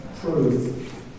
truth